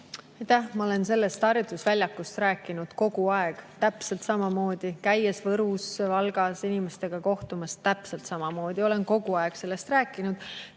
Ma olen sellest harjutusväljakust rääkinud kogu aeg täpselt samamoodi, käies Võrus ja Valgas inimestega kohtumas, täpselt samamoodi olen kogu aeg sellest rääkinud.